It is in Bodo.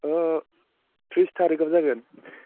औ ट्रिस थारिकाव जागोन